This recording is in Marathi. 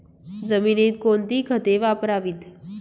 जमिनीत कोणती खते वापरावीत?